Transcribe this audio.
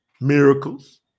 miracles